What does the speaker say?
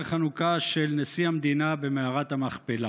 חנוכה של נשיא המדינה במערת המכפלה.